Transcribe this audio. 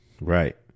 Right